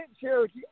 Cherokee